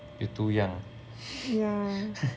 you too young ah